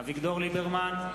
אביגדור ליברמן,